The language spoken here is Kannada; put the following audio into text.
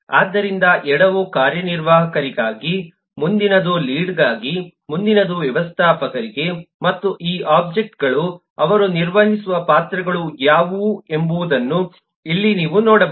ಆದ್ದರಿಂದ ಎಡವು ಕಾರ್ಯನಿರ್ವಾಹಕರಿಗಾಗಿ ಮುಂದಿನದು ಲೀಡ್ಗಾಗಿ ಮುಂದಿನದು ವ್ಯವಸ್ಥಾಪಕರಿಗೆ ಮತ್ತು ಈ ಒಬ್ಜೆಕ್ಟ್ಗಳು ಅವರು ನಿರ್ವಹಿಸುವ ಪಾತ್ರಗಳು ಯಾವುವು ಎಂಬುದನ್ನು ಇಲ್ಲಿ ನೀವು ನೋಡಬಹುದು